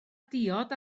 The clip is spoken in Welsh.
diod